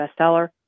bestseller